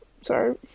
Sorry